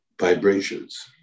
vibrations